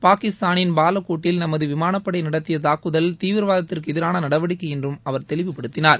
பாகிஸ்தானின் பாலக்கோட்டில் நமது விமானப்படை நடத்திய தாக்குதல் தீவிரவாதத்திற்கு எதிரான நடவடிக்கை என்றும் அவர் தெளிவுப்படுத்தினார்